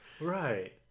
Right